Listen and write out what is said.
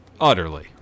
utterly